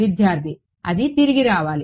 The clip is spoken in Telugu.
విద్యార్థి ఇది తిరిగి రావాలి